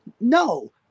no